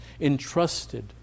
entrusted